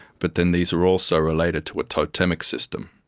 but then these are also related to a totemic system.